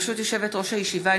ברשות יושבת-ראש הישיבה,